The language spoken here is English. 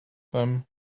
them